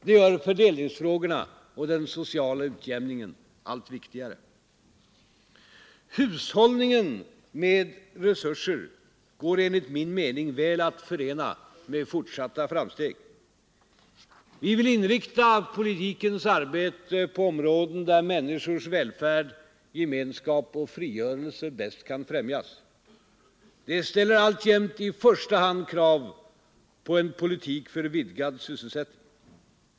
Det gör fördelningsfrågorna och den sociala utjämningen allt viktigare. Hushållningen med resurser går enligt min mening väl att förena med fortsatta framsteg. Vi vill inrikta det politiska arbetet på områden där människors välfärd, gemenskap och frigörelse bäst kan främjas. Det ställer alltjämt i första hand krav på en politik för vidgad sysselsättning.